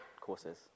courses